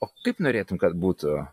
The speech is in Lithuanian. o kaip norėtum kad būtų